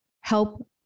help